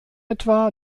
etwa